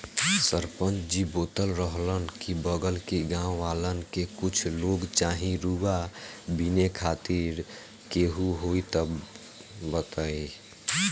सरपंच जी बोलत रहलन की बगल के गाँव वालन के कुछ लोग चाही रुआ बिने खातिर केहू होइ त बतईह